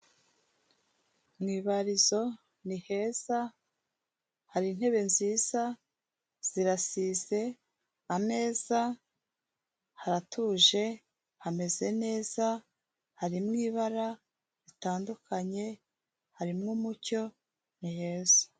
Mu ibarizo ni heza, hari intebe nziza, zirasize, ameza, haratuje hameze neza, harimo ibara ritandukanye, harimo umucyo ni heza.